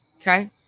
Okay